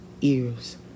Ears